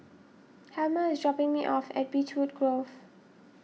Helmer is dropping me off at Beechwood Grove